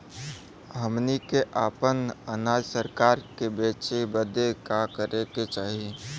हमनी के आपन अनाज सरकार के बेचे बदे का करे के चाही?